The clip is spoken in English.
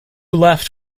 left